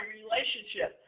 relationship